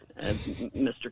Mr